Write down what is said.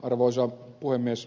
arvoisa puhemies